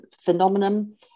phenomenon